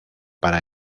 para